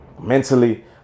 mentally